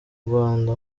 rwanda